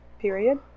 period